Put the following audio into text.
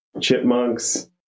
chipmunks